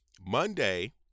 Monday